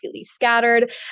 scattered